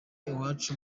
iwacu